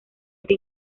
este